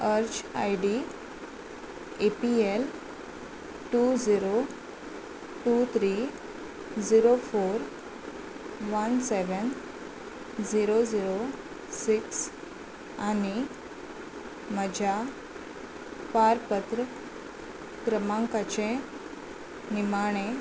अर्ज I D A P L two zero two three zero four one seven zero zero six आनी म्हज्या पारपत्र क्रमांकाचें निमाणें